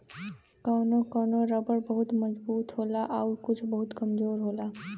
कौनो कौनो रबर बहुत मजबूत होला आउर कुछ बहुत कमजोर होला